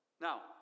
Now